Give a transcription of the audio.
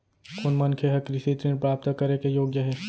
कोन मनखे ह कृषि ऋण प्राप्त करे के योग्य हे?